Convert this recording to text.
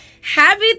Happy